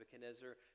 Nebuchadnezzar